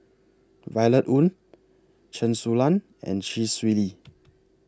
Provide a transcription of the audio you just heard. Violet Oon Chen Su Lan and Chee Swee Lee